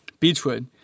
Beachwood